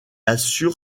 assure